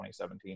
2017